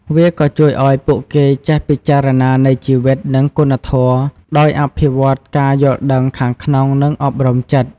វាក៏ជួយឱ្យពួកគេចេះពិចារណានៃជីវិត និងគុណធម៌ ដោយអភិវឌ្ឍការយល់ដឹងខាងក្នុង និងអប់រំចិត្ត។